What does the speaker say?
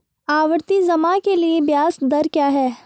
आवर्ती जमा के लिए ब्याज दर क्या है?